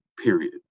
period